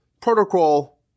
protocol